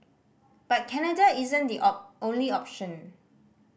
but Canada isn't the only option